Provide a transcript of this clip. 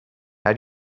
how